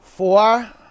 four